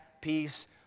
peace